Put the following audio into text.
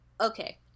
okay